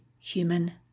human